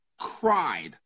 cried